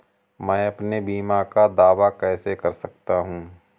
मैं अपने बीमा का दावा कैसे कर सकता हूँ?